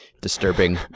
Disturbing